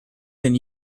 than